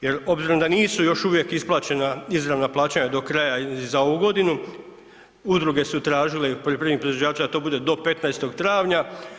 Jer obzirom da nisu još uvijek isplaćena izravna plaća do kraja za ovu godinu, udruge su tražile poljoprivrednih proizvođača, da to bude do 15. travnja.